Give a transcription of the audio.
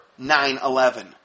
9/11